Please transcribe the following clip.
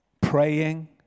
praying